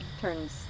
Turns